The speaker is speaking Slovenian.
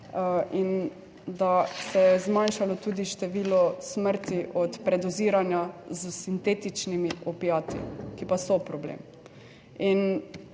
in da se je zmanjšalo tudi število smrti od predoziranja s sintetičnimi opiati, ki pa so problem.